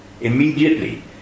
immediately